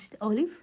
olive